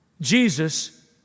Jesus